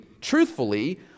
truthfully